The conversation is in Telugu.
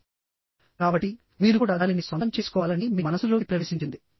కాబట్టి మీరు కూడా దానిని సొంతం చేసుకోవాలని మీ మనస్సులోకి ప్రవేశించింది